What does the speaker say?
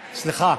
סליחה,